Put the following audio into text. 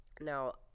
Now